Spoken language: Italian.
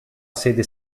sede